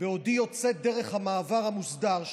בעודי יוצאת דרך המעבר המוסדר.